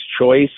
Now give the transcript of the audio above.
choice